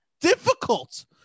difficult